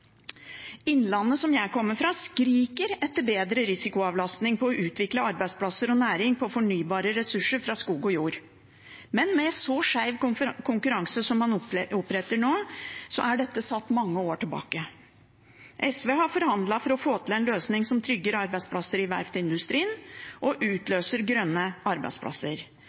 Innlandet, som jeg kommer fra, skriker etter bedre risikoavlastning for å utvikle arbeidsplasser og næring på fornybare ressurser fra skog og jord. Men med så skeiv konkurranse som man oppretter nå, er dette satt mange år tilbake. SV har forhandlet for å få til en løsning som trygger arbeidsplasser i verftsindustrien og utløser grønne arbeidsplasser.